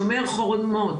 שומר החומות,